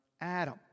Adam